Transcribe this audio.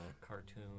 cartoon